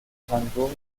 brandebourg